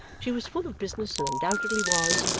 she was full of business and undoubtedly was,